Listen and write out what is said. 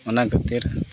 ᱚᱱᱟ ᱠᱷᱟᱹᱛᱤᱨ